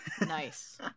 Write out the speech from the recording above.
Nice